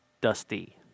Dusty